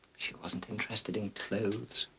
she wasn't interested in clothes.